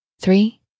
three